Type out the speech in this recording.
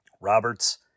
Roberts